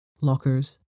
lockers